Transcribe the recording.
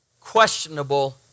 questionable